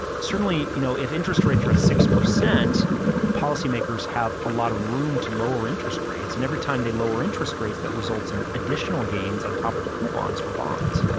certainly you know if interest rates are at six, policymakers have a lot of room to lower interest rates, and every time they lower interest rates that results in additional gains on top of the coupons for bonds.